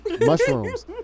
mushrooms